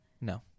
No